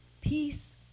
peace